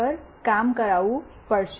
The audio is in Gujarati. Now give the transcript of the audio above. પર કામ કરવું પડશે